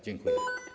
Dziękuję.